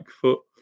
foot